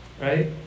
right